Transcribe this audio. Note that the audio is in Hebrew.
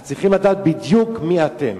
אז צריכים לדעת בדיוק מי אתם